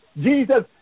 Jesus